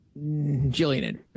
Jillian